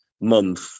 month